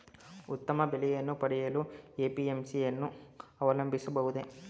ಉತ್ತಮ ಬೆಲೆಯನ್ನು ಪಡೆಯಲು ಎ.ಪಿ.ಎಂ.ಸಿ ಯನ್ನು ಅವಲಂಬಿಸಬಹುದೇ?